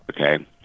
okay